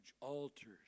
altars